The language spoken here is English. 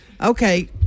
Okay